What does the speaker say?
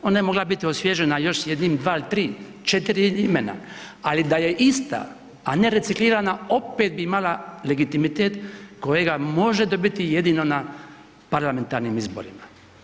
Ona je mogla biti osvježena još s 1, 2 ili 3, 4 imena, ali da je ista, a ne reciklirana opet bi imala legitimitet kojega može dobiti jedino na parlamentarnim izborima.